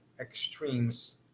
extremes